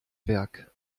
werk